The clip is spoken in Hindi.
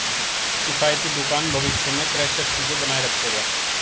किफ़ायती दुकान भविष्य में क्रय शक्ति को बनाए रखेगा